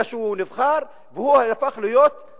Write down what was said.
אלא שהוא נבחר והוא הפך להיות המאשים,